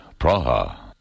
Praha